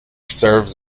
serves